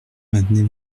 maintenez